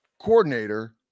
coordinator